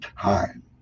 time